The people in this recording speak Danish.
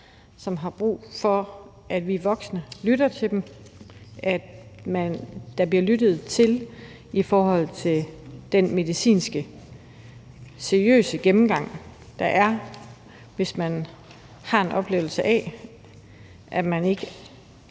som har brug for, at vi voksne lytter til dem, og at der bliver lyttet til den seriøse medicinske gennemgang, der er, hvis man har en oplevelse af, at man ikke